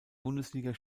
bundesliga